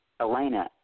Elena